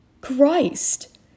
Christ